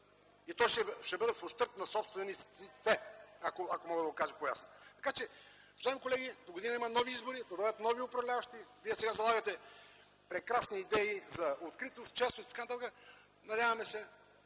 и то ще бъде в ущърб на собствениците, ако мога да го кажа по-ясно. Уважаеми колеги, догодина има нови избори, ще дойдат нови управляващи. Вие сега залагате прекрасни идеи за откритост, честност и т.н. Надяваме се